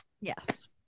yes